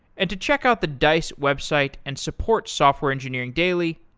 and to check out the dice website and support software engineering daily,